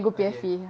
okay